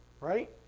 right